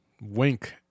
Wink